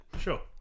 Sure